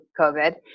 COVID